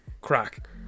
crack